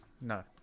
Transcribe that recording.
No